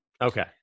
Okay